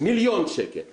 מיליון שקל בלבד.